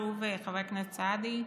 שוב, חבר הכנסת סעדי,